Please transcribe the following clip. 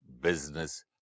business